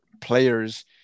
players